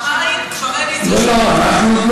העי"ן, כרגע לא.